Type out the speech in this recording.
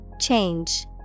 Change